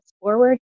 forward